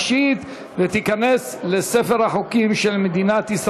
47 בעד, אין מתנגדים, אין נמנעים.